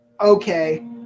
okay